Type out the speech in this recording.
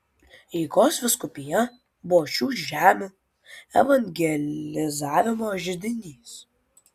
rygos vyskupija buvo šių žemių evangelizavimo židinys